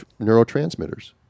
neurotransmitters